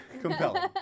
compelling